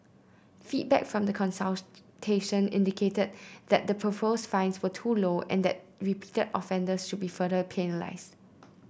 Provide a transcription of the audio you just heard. feedback from the consultation indicated that the proposed fines were too low and that repeated offences should be further penalised